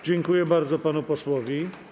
Dziękuję bardzo panu posłowi.